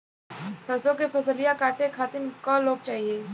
सरसो के फसलिया कांटे खातिन क लोग चाहिए?